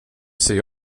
sig